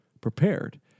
prepared